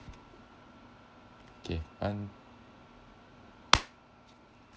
okay one